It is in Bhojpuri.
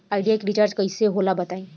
आइडिया के रिचार्ज कइसे होला बताई?